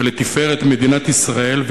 ולתפארת מדינת ישראל.